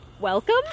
welcome